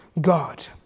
God